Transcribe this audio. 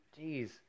Jeez